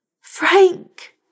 Frank